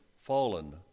Fallen